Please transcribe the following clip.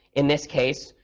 in this case,